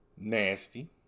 Nasty